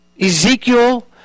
Ezekiel